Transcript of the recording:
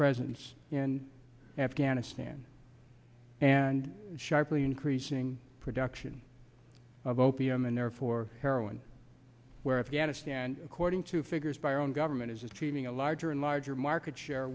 presence in afghanistan and sharply increasing production of opium and therefore heroin where afghanistan according to figures by our own government is creating a larger and larger market share